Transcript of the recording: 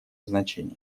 значение